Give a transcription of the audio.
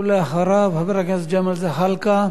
אחריו, חבר הכנסת ג'מאל זחאלקה,